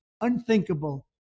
unthinkable